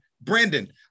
Brandon